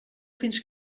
fins